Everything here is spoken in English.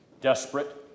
desperate